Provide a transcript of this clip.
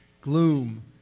gloom